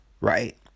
right